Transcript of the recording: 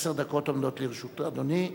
עשר דקות עומדות לרשות אדוני.